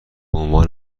عنوان